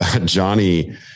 Johnny